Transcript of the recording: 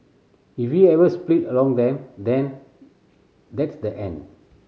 if we ever split along them than that's the end